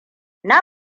na